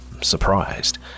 Surprised